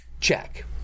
check